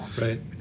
Right